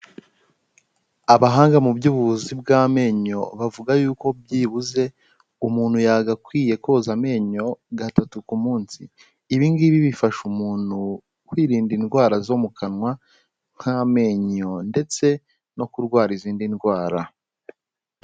Abahanga mu by'ubuvuzi bw'amenyo bavuga yuko byibuze umuntu yagakwiye koza amenyo gatatu ku munsi, ibi ngibi bifasha umuntu kwirinda indwara zo mu kanwa nk'amenyo ndetse no kurwara izindi ndwara.